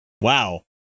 Wow